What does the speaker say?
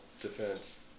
defense